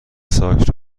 ساک